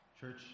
Church